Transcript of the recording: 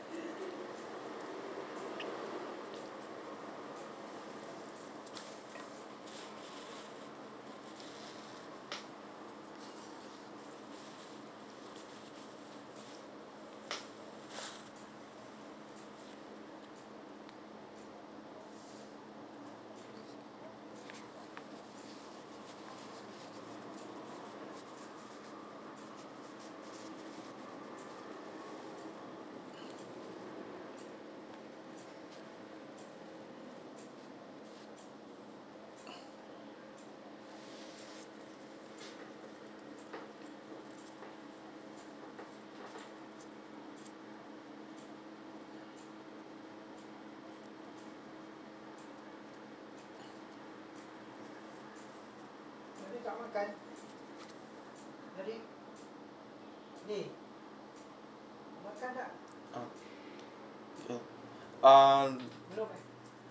ah kay~ um